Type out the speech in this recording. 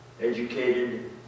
educated